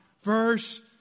Verse